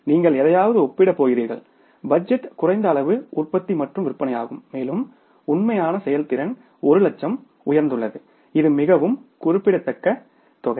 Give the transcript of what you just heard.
நீங்கள் எதையாவது ஒப்பிடப் போகிறீர்கள் பட்ஜெட் குறைந்த அளவு உற்பத்தி மற்றும் விற்பனையாகும் மேலும் உண்மையான செயல்திறன் 1 லட்சம் உயர்ந்துள்ளது இது மிகவும் குறிப்பிடத்தக்க தொகை